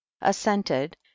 assented